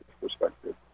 perspective